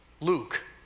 Luke